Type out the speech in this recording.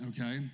okay